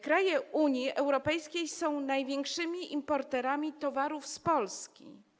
Kraje Unii Europejskiej są największymi importerami towarów z Polski.